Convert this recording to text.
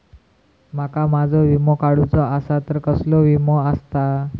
माका माझो विमा काडुचो असा तर कसलो विमा आस्ता?